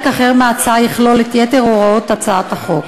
אחר מההצעה יכלול את יתר הוראות הצעת החוק.